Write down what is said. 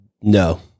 No